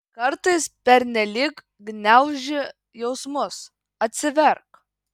kartais pernelyg gniauži jausmus atsiverk